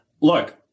Look